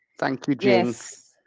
thank you, jing. yes.